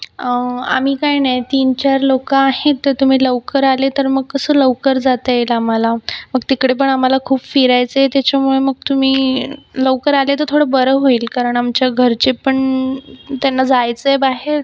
आम्ही काही नाही तीन चार लोकं आहेत तर तुम्ही लवकर आले तर मग कसं लवकर जाता येईल आम्हाला मग तिकडे पण आम्हाला खूप फिरायचंय त्याच्यामुळे मग तुम्ही लवकर आले तर थोडं बरं होईल कारण आमच्या घरचे पण त्यांना जायचं आहे बाहेर